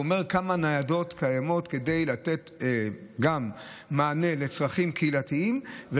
והוא אומר כמה ניידות קיימות גם כדי לתת מענה לצרכים קהילתיים,